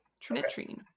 Trinitrine